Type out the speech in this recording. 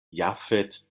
jafet